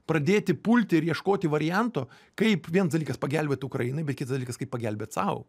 pradėti pulti ir ieškoti varianto kaip viens dalykas pagelbėt ukrainai bet kits dalykas kaip pagelbėt sau